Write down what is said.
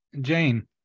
Jane